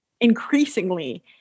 Increasingly